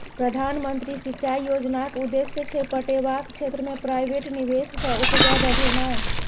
प्रधानमंत्री सिंचाई योजनाक उद्देश्य छै पटेबाक क्षेत्र मे प्राइवेट निबेश सँ उपजा बढ़ेनाइ